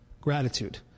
Gratitude